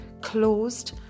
closed